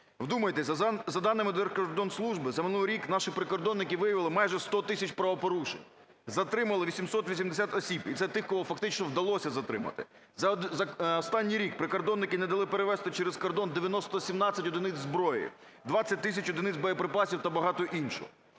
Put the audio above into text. Вдумайтесь, за даними Держкордонслужби за минулий рік наші прикордонники виявили майже 100 тисяч правопорушень, затримали 880 осіб, і це тих, кого фактично вдалося затримати. За останній рік прикордонники не дали перевести через кордон 917 одиниць зброї, 20 тисяч одиниць боєприпасів та багато іншого.